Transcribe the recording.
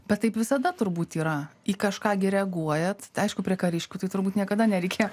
bet kaip visada turbūt yra į kažką reaguojate aišku prie kariškių tai turbūt niekada nereikėjo